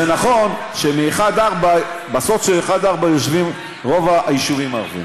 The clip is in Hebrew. זה נכון שבסוף של 1 4 יושבים רוב היישובים הערביים,